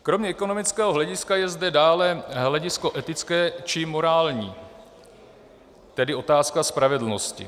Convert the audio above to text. Kromě ekonomického hlediska je zde dále hledisko etické či morální, tedy otázka spravedlnosti.